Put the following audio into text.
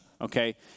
Okay